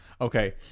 okay